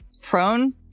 prone